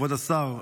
כבוד השר,